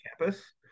campus